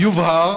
יובהר